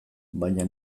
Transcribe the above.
baina